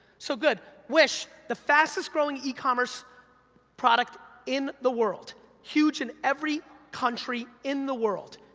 so, good, wish, the fastest growing e-commerce product in the world. huge in every country in the world.